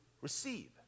receive